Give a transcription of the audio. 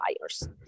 buyers